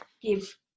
give